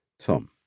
Tom